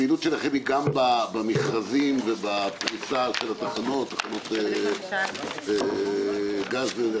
הפעילות שלכם היא גם במכרזים ובפריסה של התחנות וגז וכדומה.